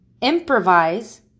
improvise